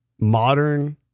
modern